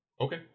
Okay